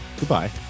Goodbye